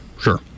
Sure